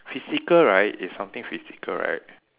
physical right it's something physical right